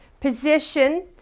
position